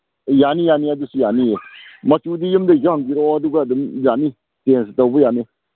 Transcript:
ꯌꯥꯅꯤ ꯌꯥꯅꯤ ꯑꯗꯨꯁꯨ ꯌꯥꯅꯤ ꯃꯆꯨꯗꯤ ꯌꯨꯝꯗꯒꯤꯁꯨ ꯍꯪꯕꯤꯔꯛꯑꯣ ꯑꯗꯨꯒ ꯑꯗꯨꯝ ꯌꯥꯅꯤ ꯆꯦꯟꯖ ꯇꯧꯕ ꯌꯥꯅꯤ